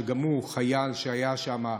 שהוא חייל שהיה שם.